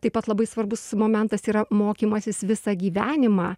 taip pat labai svarbus momentas yra mokymasis visą gyvenimą